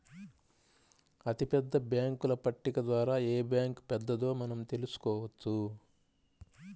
అతిపెద్ద బ్యేంకుల పట్టిక ద్వారా ఏ బ్యాంక్ పెద్దదో మనం తెలుసుకోవచ్చు